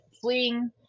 fleeing